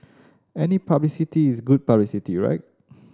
any publicity is good publicity right